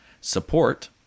support